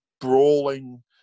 brawling